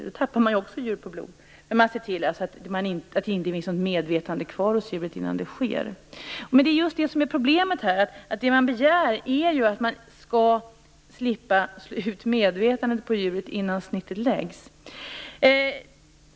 Där tappar man ju också djuren på blod, men man ser till att det inte finns något medvetande kvar hos djuret innan det sker. Men det är just det som är problemet här: Det man begär är ju att man skall slippa slå ut medvetandet på djuret innan snittet läggs.